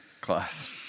Class